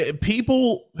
people